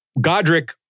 Godric